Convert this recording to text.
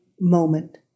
moment